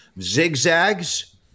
zigzags